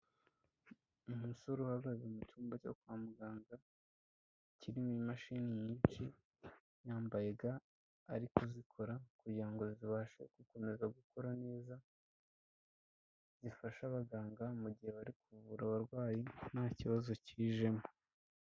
Umusore uhagaze mu cyumba cyo kwa muganga kirimo imashini nyinshi, yambaye ga ari kuzikora kugira ngo zibashe gukomeza gukora neza zifashe abaganga mu gihe bari kuvura abarwayi nta kibazo kijemo.